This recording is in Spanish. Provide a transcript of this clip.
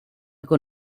con